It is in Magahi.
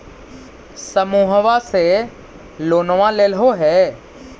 समुहवा से लोनवा लेलहो हे?